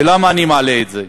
ולמה אני מעלה את זה?